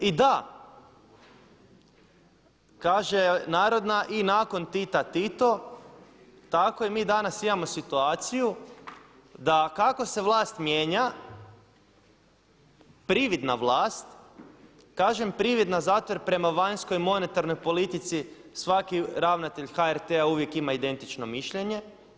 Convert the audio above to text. I da, kaže narodna „I nakon Tita Tito“ tako i mi danas imamo situaciju da kako se vlast mijenja, prividna vlast, kažem prividna zato jer prema vanjskoj monetarnoj politici svaki ravnatelj HRT-a uvijek ima identično mišljenje.